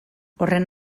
horren